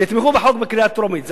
תתמכו בחוק בקריאה טרומית.